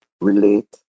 relate